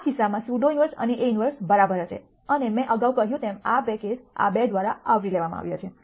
આ કિસ્સામાં pseudo inverse અને A ઇન્વર્સ બરાબર હશે અને મેં અગાઉ કહ્યું તેમ આ 2 કેસ આ 2 દ્વારા આવરી લેવામાં આવ્યા છે